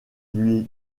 lui